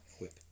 Whip